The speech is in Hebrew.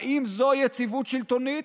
האם זו יציבות שלטונית?